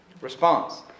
Response